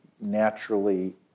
naturally